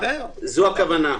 זאת הכוונה.